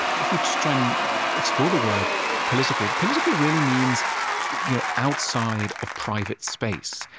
if we just try and explore the world political, political really means you know outside of private space.